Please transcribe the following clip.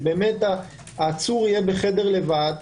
שהעצור יהיה בחדר לבד,